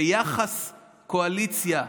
ביחס קואליציה,